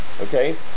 Okay